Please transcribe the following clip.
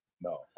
No